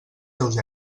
seus